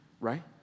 Right